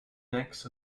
necks